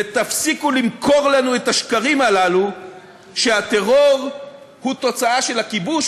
תפסיקו למכור לנו את השקרים הללו שהטרור הוא תוצאה של הכיבוש,